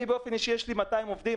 אני באופן אישי יש לי 200 עובדים,